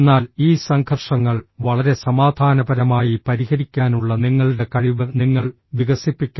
എന്നാൽ ഈ സംഘർഷങ്ങൾ വളരെ സമാധാനപരമായി പരിഹരിക്കാനുള്ള നിങ്ങളുടെ കഴിവ് നിങ്ങൾ വികസിപ്പിക്കണം